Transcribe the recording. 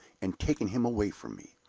and taken him away from me.